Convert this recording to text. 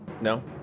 No